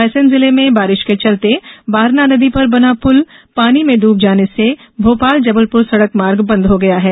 रायसेन जिले में बारिश के चलते बारना नदी पर बना पुल पानी में डूब जाने से भोपाल जबलपुर सड़क मार्ग बंद हो गया है